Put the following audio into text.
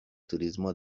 turismo